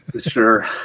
Sure